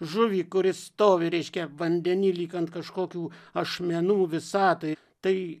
žuvį kuri stovi reiškia vandeny lyg ant kažkokių ašmenų visatoj tai